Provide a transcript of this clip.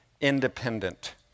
independent